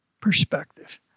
perspective